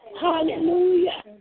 Hallelujah